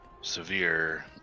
severe